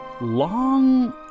long